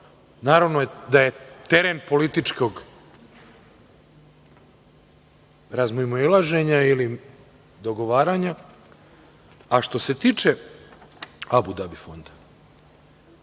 naravno da je teren političkog razmimoilaženja ili dogovaranja. Što se tiče Abu Dabija,